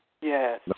Yes